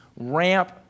ramp